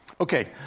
Okay